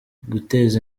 guteza